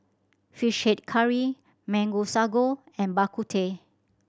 Fish Head Curry Mango Sago and Bak Kut Teh